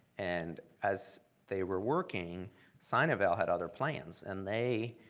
and as they were working sinovel had other plans, and they,